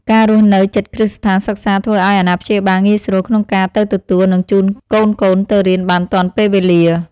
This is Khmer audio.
ការរស់នៅជិតគ្រឹះស្ថានសិក្សាធ្វើឱ្យអាណាព្យាបាលងាយស្រួលក្នុងការទៅទទួលនិងជូនកូនៗទៅរៀនបានទាន់ពេលវេលា។